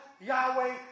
Yahweh